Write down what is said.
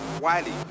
Wiley